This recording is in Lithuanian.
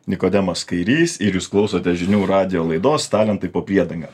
nikodemas kairys ir jūs klausote žinių radijo laidos talentai po priedanga